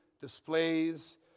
displays